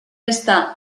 està